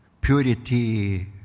purity